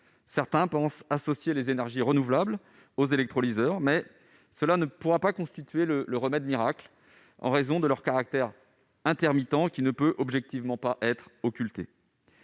Certains pensent associer les énergies renouvelables aux électrolyseurs, mais cela ne pourra pas constituer un remède miracle, en raison de leur caractère intermittent, qui ne peut objectivement pas être occulté.